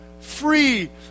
free